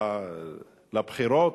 לבחירות,